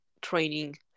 training